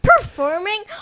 Performing